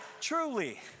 truly